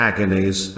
Agonies